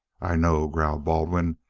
i know, growled baldwin.